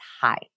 high